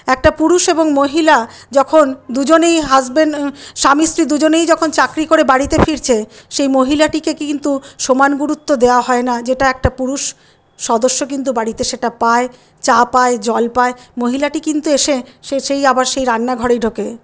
একটা পুরুষ এবং মহিলা যখন দুজনেই হাজবেন্ড স্বামী স্ত্রী দুজনেই যখন চাকরি করে বাড়িতে ফিরছে সেই মহিলাটিকে কিন্তু সমান গুরুত্ব দেওয়া হয় না যেটা একটা পুরুষ সদস্য কিন্তু বাড়িতে সেটা পায় চা পায় জল পায় মহিলাটি কিন্তু এসে সে সেই আবার সেই রান্না ঘরেই ঢোকে